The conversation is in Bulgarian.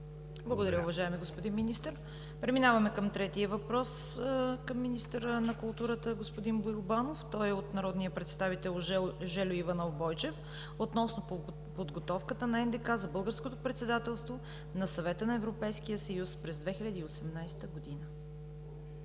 Благодаря Ви, уважаеми господин Министър. Преминаваме към третия въпрос към министъра на културата – господин Боил Банов. Той е от народния представител Жельо Иванов Бойчев относно подготовката на НДК за българското председателство на Съвета на Европейския съюз през 2018 г.